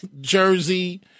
Jersey